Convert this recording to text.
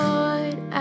Lord